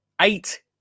eight